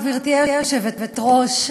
גברתי היושבת-ראש,